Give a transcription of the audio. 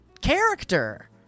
character